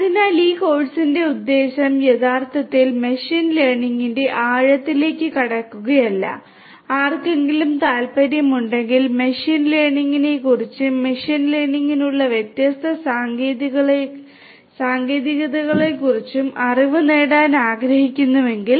അതിനാൽ ഈ കോഴ്സിന്റെ ഉദ്ദേശ്യം യഥാർത്ഥത്തിൽ മെഷീൻ ലേണിംഗിന്റെ ആഴത്തിലേക്ക് കടക്കുകയല്ല ആർക്കെങ്കിലും താൽപ്പര്യമുണ്ടെങ്കിൽ മെഷീൻ ലേണിംഗിനെക്കുറിച്ചും മെഷീൻ ലേണിംഗിനുള്ള വ്യത്യസ്ത സാങ്കേതികതകളെക്കുറിച്ചും അറിവ് നേടാൻ ആഗ്രഹിക്കുന്നുവെങ്കിൽ